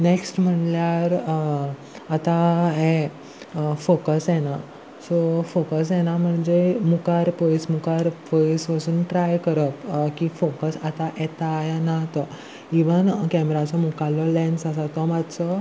next म्हणल्यार आतां हें फोकस येना सो फोकस येना म्हणजे मुखार पयस मुखार पयस वसून ट्राय करप की फोकस आतां येता ना तो इवन कॅमराचो मुखाल्लो लॅन्स आसा तो मातसो